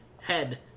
Head